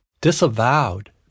disavowed